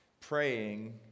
praying